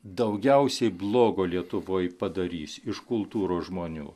daugiausiai blogo lietuvoj padarys iš kultūros žmonių